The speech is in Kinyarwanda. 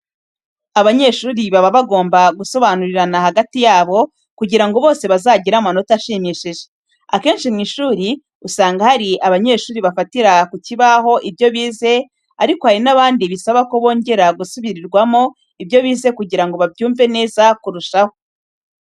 Abanyeshuri baba bagomba gusobanurirana hagati yabo, kugira ngo bose bazagire amanota ashimishije. Akenshi mu ishuri usanga hari abanyeshuri bafatira ku kibaho ibyo bize ariko hari n'abandi bisaba ko bongera gusubirirwamo ibyo bize kugira ngo babyumve neza kurushaho.